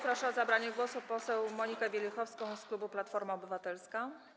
Proszę o zabranie głosu poseł Monikę Wielichowską z klubu Platforma Obywatelska.